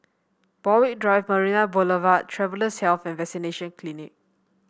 Borthwick Drive Marina Boulevard Travellers' Health and Vaccination Clinic